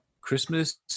Christmas